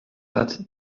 lat